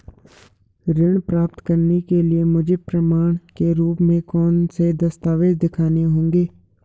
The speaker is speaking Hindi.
ऋण प्राप्त करने के लिए मुझे प्रमाण के रूप में कौन से दस्तावेज़ दिखाने होंगे?